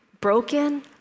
broken